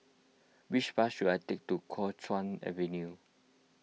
which bus should I take to Kuo Chuan Avenue